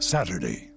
Saturday